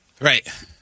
Right